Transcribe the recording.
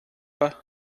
pas